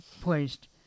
placed